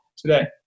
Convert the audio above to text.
today